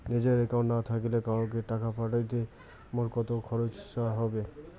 নিজের একাউন্ট না থাকিলে কাহকো টাকা পাঠাইতে মোর কতো খরচা হবে?